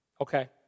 Okay